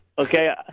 Okay